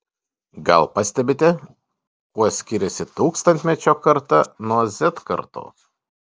gal pastebite kuo skiriasi tūkstantmečio karta nuo z kartos